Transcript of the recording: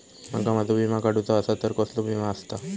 माका माझो विमा काडुचो असा तर कसलो विमा आस्ता?